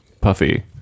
Puffy